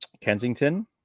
Kensington